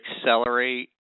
accelerate